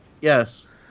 Yes